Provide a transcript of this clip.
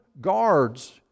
guards